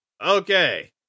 Okay